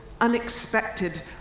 unexpected